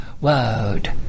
world